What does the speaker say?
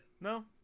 no